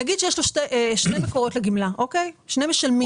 נגיד שיש לו שני מקורות לגמלה, שני משלמים.